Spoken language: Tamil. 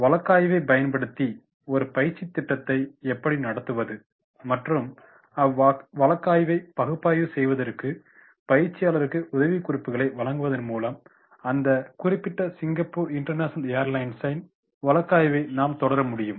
வழக்காய்வைப் பயன்படுத்தி ஒரு பயிற்சித் திட்டத்தை எப்படி நடத்துவது மற்றும் அவ்வழக்காய்வைப் பகுப்பாய்வு செய்வதற்கு பயிற்சியாளருக்கு உதவிக்குறிப்புகளை வழங்குவதன் மூலம் அந்த குறிப்பிட்ட சிங்கப்பூர் இன்டர்நேஷனல் ஏர்லைன்ஸ் வழக்காய்வை நாம் தொடர முடியும்